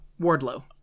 Wardlow